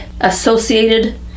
Associated